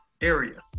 area